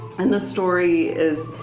and the story is,